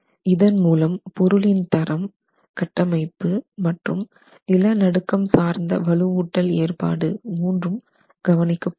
இதன் மூலம் பொருளின் தரம் கட்டமைப்பு மற்றும் நிலநடுக்கம் சார்ந்த வலுவூட்டல் ஏற்பாடு மூன்றும் கவனிக்கப்பட்டது